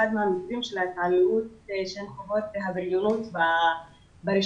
אחד ממקרי ההתעללות שהן חוות זאת התעללות ברשתות